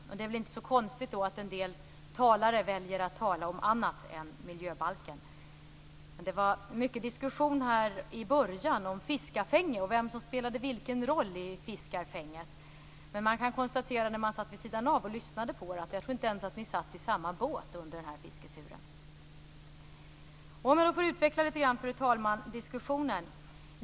Det är väl inte så konstigt att en del talare då väljer att tala om annat än om miljöbalken. Det var mycket diskussion i början om fiskafänge och om vem som spelade vilken roll i fiskafänget. Jag kunde konstatera när jag satt vid sidan av och lyssnade att ni inte ens satt i samma båt under fisketuren. Jag skall, fru talman, utveckla diskussionen litet grand.